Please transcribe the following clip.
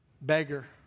beggar